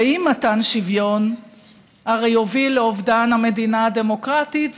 ואי-מתן שוויון הרי יוביל לאובדן המדינה הדמוקרטית,